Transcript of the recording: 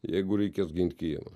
jeigu reikės gint kijevą